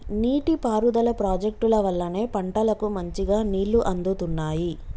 నీటి పారుదల ప్రాజెక్టుల వల్లనే పంటలకు మంచిగా నీళ్లు అందుతున్నాయి